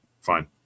Fine